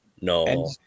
No